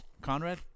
Conrad